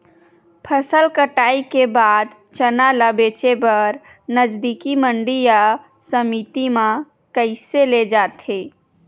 फसल कटाई के बाद चना ला बेचे बर नजदीकी मंडी या समिति मा कइसे ले जाथे?